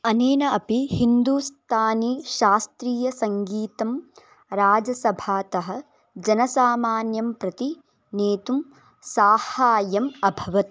अनेन अपि हिन्दुस्थानीशास्त्रीयसङ्गीतं राजसभातः जनसामान्यं प्रति नेतुं सहाय्यम् अभवत्